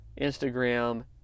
Instagram